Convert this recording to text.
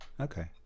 okay